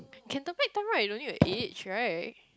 you can turn back time right you don't need to age right